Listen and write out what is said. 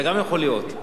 זה גם יכול להיות.